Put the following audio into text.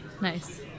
Nice